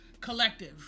Collective